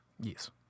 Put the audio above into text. Yes